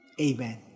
Amen